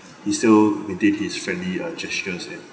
he still maintained his friendly uh gestures and